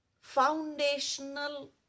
foundational